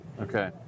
Okay